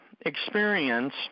experience